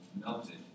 melted